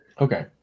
Okay